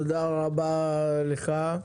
תודה רבה לך.